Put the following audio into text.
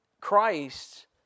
Christ